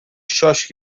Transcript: شاش